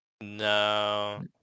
No